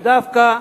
ודווקא